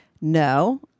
no